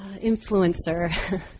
influencer